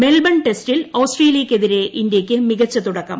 Melbourne ടെസ്റ്റിൽ ഓസ്ട്രേലിയക്കെതിരെ ഇന്ത്യയ്ക്ക് മികച്ച തുടക്കം